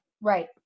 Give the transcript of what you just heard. Right